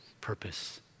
purpose